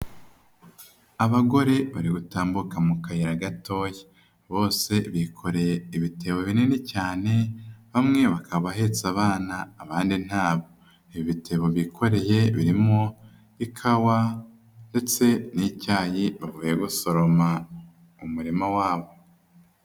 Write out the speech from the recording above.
Abagore bari gutambuka mu kayira gatoya. Bose bikoreye ibitebo binini cyane, bamwe bakaba bahetse abana abandi ntabo. Ibitebo bikoreye birimo ikawa ndetse n'icyayi bavuye gusoroma mu umurima wabo.